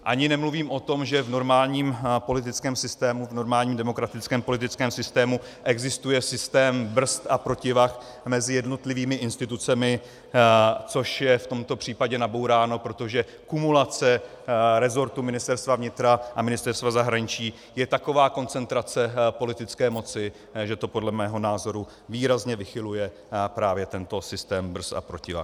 Ani nemluvím o tom, že v normálním politickém systému, v normálním demokratickém politickém systému existuje systém brzd a protivah mezi jednotlivými institucemi, což je v tomto případě nabouráno, protože kumulace resortů Ministerstva vnitra a Ministerstva zahraničí je taková koncentrace politické moci, že to podle mého názoru výrazně vychyluje právě tento systém brzd a protivah.